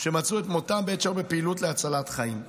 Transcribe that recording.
שמצאו את מותם בעת שהיו בפעילות להצלת חיים.